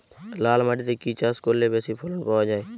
লাল মাটিতে কি কি চাষ করলে বেশি ফলন পাওয়া যায়?